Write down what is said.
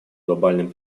глобальным